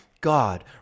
God